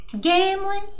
Gambling